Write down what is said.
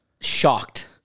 shocked